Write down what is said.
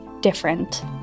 different